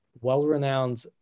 well-renowned